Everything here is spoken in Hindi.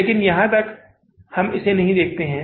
लेकिन यहां तक कि हम इसे नहीं देखते हैं